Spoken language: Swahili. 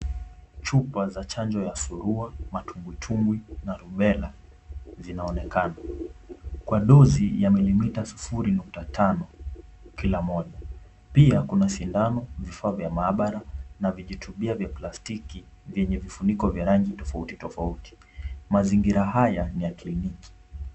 Chupa za chanjo ya surua, matumbwi tumbwi na rubella zinaonekana. Kwa dozi ya milimita sufuri nukta tano kila moja. Pia kuna sindano, vifaa vya maabara na vijitibia vya plastiki vyenye vifuniko vya rangi tofauti tofauti. Mazingira haya ni ya kliniki.